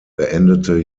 beendete